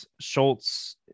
schultz